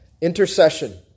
Intercession